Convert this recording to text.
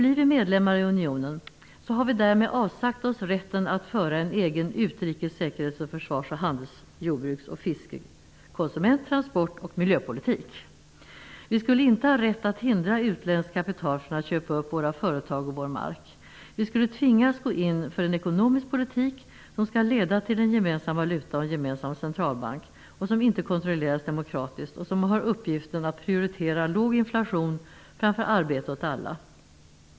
Blir vi medlemmar i unionen har vi därmed avsagt oss rätten att föra en egen utrikes-, säkerhets-, försvars-, handels-, jordbruks-, fiske-, konsument-, transport och miljöpolitik. Vi kommer inte att ha rätt att hindra utländskt kapital från att köpa upp våra företag och vår mark. Vi tvingas gå in för en ekonomisk politik som skall leda till en gemensam valuta och en gemensam centralbank, som inte kontrolleras demokratiskt och som har uppgiften att prioritera låg inflation framför arbete åt alla.